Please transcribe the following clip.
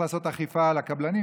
צריך לעשות אכיפה על הקבלנים,